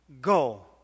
go